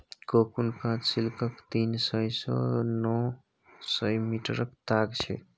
cocoon काँच सिल्कक तीन सय सँ नौ सय मीटरक ताग छै